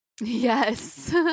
Yes